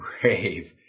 grave